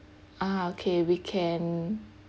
uh okay we can